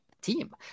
team